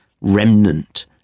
remnant